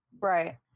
Right